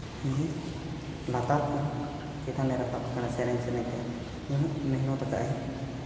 ᱡᱮ ᱞᱟᱛᱟᱨ ᱠᱷᱚᱱ ᱪᱮᱛᱟᱱᱮ ᱨᱟᱠᱟᱵᱽ ᱟᱠᱟᱱᱟ ᱥᱮᱨᱮᱧ ᱥᱮᱨᱮᱧᱛᱮ ᱱᱩᱱᱟᱹᱜ ᱢᱮᱦᱱᱚᱛᱟᱠᱟᱜᱼᱟᱭ